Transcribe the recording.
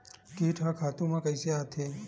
कीट ह खातु म कइसे आथे?